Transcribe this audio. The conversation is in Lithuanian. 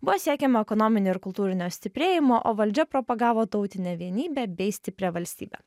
buvo siekiama ekonominio ir kultūrinio stiprėjimo o valdžia propagavo tautinę vienybę bei stiprią valstybę